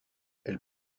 elles